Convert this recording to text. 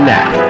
now